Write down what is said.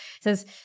says